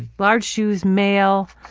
large shoes, male,